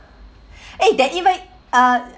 eh then it might uh